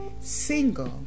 single